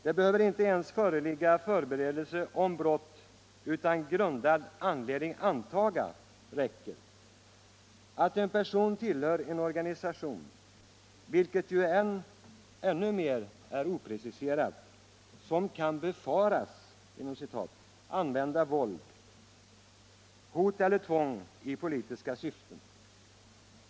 Det behöver inte ens föreligga förberedelser till brott, utan det räcker med ”grundad anledning antaga” att en person tillhör en organisation — vilket ju är ännu mer opreciserat — som kan ”befaras” använda våld, hot eller tvång i politiska syften.